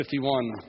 51